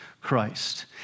Christ